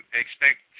expect